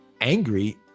angry